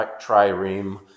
trireme